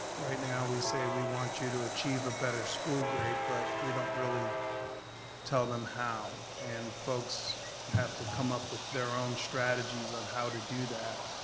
right now we say we want you to achieve a better school grade, but we don't really tell them how, and folks have to come up with their own strategies on how to do that,